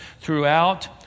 throughout